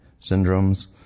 syndromes